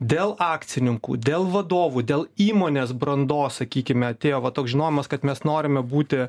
dėl akcininkų dėl vadovų dėl įmonės brandos sakykime atėjo va toks žinojimas kad mes norime būti